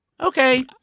Okay